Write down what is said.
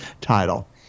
title